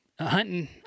hunting